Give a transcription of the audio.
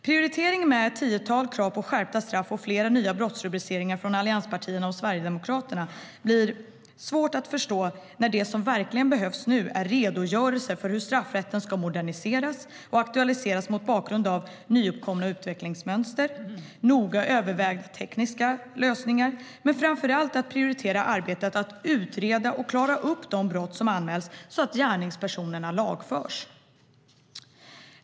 Prioriteringen med ett tiotal krav på skärpta straff och flera nya brottsrubriceringar från allianspartierna och Sverigedemokraterna blir svår att förstå när det som verkligen behövs nu är redogörelser för hur straffrätten ska moderniseras och aktualiseras mot bakgrund av nyuppkomna utvecklingsmönster, noga övervägda tekniska lösningar och framför allt prioritering av arbetet med att utreda och klara upp de brott som anmäls så att gärningspersonerna lagförs.